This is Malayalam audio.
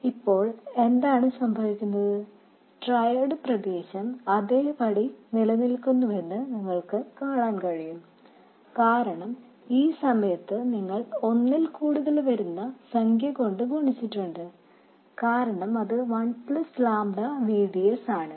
ഇപ്പോൾ എന്താണ് സംഭവിക്കുന്നത് ട്രയോഡ് പ്രദേശം അതേപടി നിലനിൽക്കുന്നുവെന്ന് നിങ്ങൾക്ക് കാണാൻ കഴിയും കാരണം ഈ സമയത്ത് നിങ്ങൾ ഒന്നിൽ കൂടുതൽ വരുന്ന സംഖ്യ കൊണ്ട് ഗുണിച്ചിട്ടുണ്ട് കാരണം ഇത് വൺ പ്ലസ് ലാംഡ V ആണ്